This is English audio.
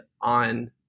on